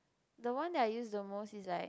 the one that I use the most is like